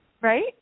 Right